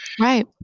right